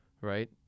right